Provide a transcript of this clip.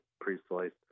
pre-sliced